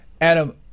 Adam